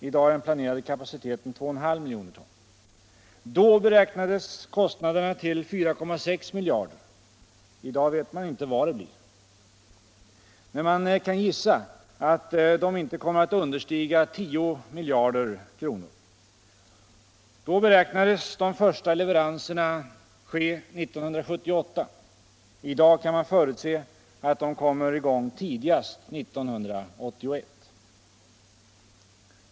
I dag är den planerade kapaciteten 2,5 milj. ton. Då beräknades kostnaderna till 4,6 miljarder kronor. I dag vet man inte vad det blir. Men man kan gissa att de inte kommer att understiga 10 miljarder kronor. Då beräknades de första leveranserna ske 1978. I dag kan man förutse att de kommer i gång tidigast 1981.